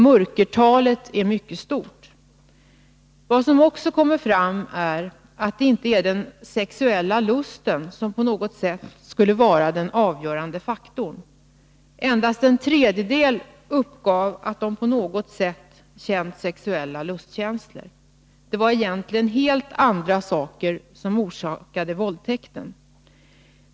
Mörkertalet är mycket stort. Vad som också kommit fram är att det inte är den sexuella lusten som skulle vara den avgörande faktorn. Endast en tredjedel uppgav att de på något sätt känt sexuella lustkänslor. Det var egentligen helt andra saker som orsakade våldtäkten.